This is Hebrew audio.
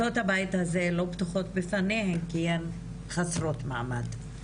והפקיד מוצא לנכון להעביר את הבקשה אז הוא מעביר את הבקשה.